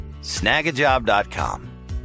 Snagajob.com